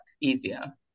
easier